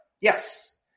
yes